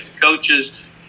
coaches